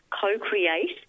co-create